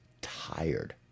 tired